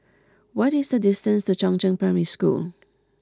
what is the distance to Chongzheng Primary School